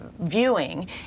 Viewing